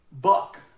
Buck